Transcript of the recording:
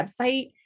website